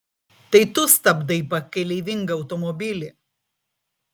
tai tu stabdai pakeleivingą automobilį